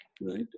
Right